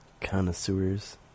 Connoisseurs